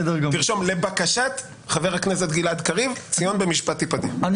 תרשום לבקשת חבר הכנסת גלעד קריב: ציון במשפט תפדה.